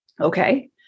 Okay